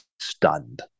stunned